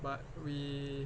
but we